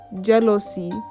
jealousy